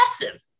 massive